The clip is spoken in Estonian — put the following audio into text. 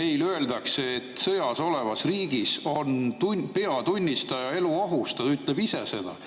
Meile öeldakse, et sõjas olevas riigis on peatunnistaja elu ohus. Ta ütleb ise seda.